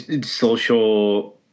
social